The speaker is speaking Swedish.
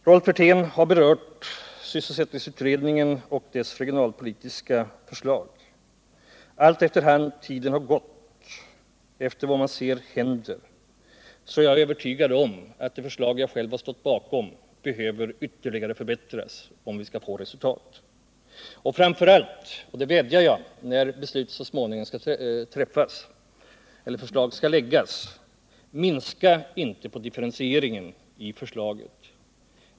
Rolf Wirtén har berört sysselsättningsutredningen och dess regionalpolitiska förslag. Allteftersom tiden har gått och man sett vad som händer, är jag övertygad om att det förslag jag själv stått bakom behöver ytterligare förbättras. När beslut så småningom skall fattas vädjar jag framför allt om att man inte skall minska på differentieringen i förslaget.